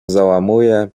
załamuje